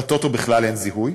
בטוטו בכלל אין זיהוי.